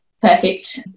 perfect